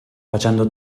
facendo